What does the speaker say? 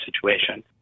situation